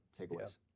takeaways